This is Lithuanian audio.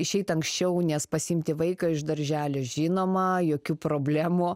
išeit anksčiau nes pasiimti vaiką iš darželio žinoma jokių problemų